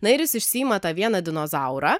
na ir jis išsiima tą vieną dinozaurą